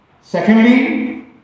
Secondly